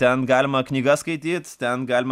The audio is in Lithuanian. ten galima knygas skaityt ten galima